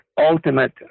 ultimate